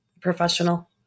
professional